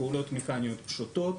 פעולות מכניות פשוטות.